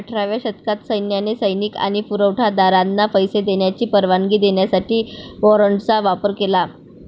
अठराव्या शतकात सैन्याने सैनिक आणि पुरवठा दारांना पैसे देण्याची परवानगी देण्यासाठी वॉरंटचा वापर केला